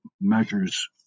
measures